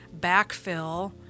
backfill